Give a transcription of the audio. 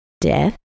death